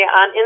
on